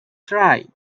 try